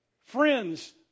friends